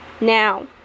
Now